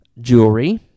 jewelry